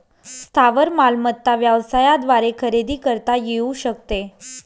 स्थावर मालमत्ता व्यवसायाद्वारे खरेदी करता येऊ शकते